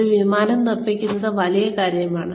ഒരു വിമാനം നിർമ്മിക്കുന്നത് വലിയ കാര്യമാണ്